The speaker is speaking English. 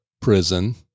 prison